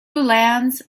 lands